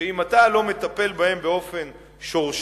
שאם אתה לא מטפל בהם באופן שורשי,